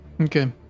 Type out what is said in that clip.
okay